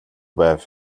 байв